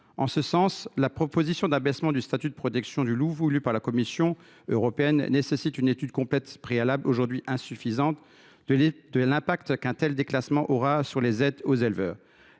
En ce sens, la proposition de déclassement du statut de protection du loup formulée par la Commission européenne nécessite une étude complète préalable, aujourd’hui insuffisante, des effets qu’une telle évolution aura sur les aides aux éleveurs.